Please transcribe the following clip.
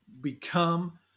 become